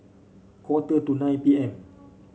quarter to nine P M